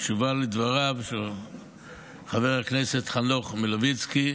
בתשובה על דבריו של חבר הכנסת חנוך מלביצקי,